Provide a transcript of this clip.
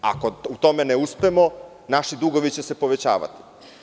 Ako u tome ne uspemo, naši dugovi će se povećavati.